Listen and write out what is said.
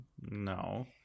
no